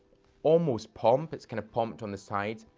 almost pumped, it's kind of pumped on the sides.